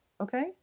Okay